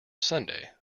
sunday